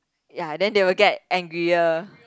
ya then they will get angrier